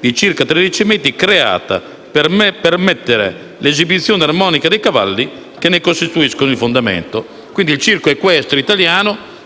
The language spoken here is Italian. di circa 13 metri creata per permettere l'esibizione armonica dei cavalli che ne costituiscono il fondamento. Quindi,